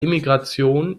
emigration